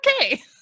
okay